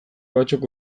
batzuk